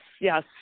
Yes